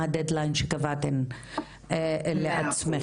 מה הדד-ליין שקבעתם לעצמכם.